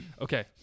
Okay